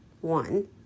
One